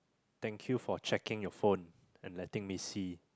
thank you for checking your phone and letting me see